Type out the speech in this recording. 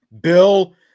Bill